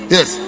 Yes